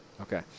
Okay